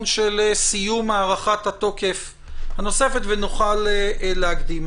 של סיום הארכת התוקף הנוספת ונוכל להקדים.